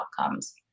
outcomes